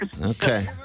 Okay